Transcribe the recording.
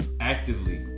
Actively